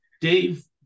dave